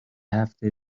هفته